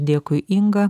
dėkui inga